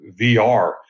VR